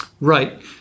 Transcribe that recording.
Right